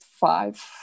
five